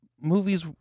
movies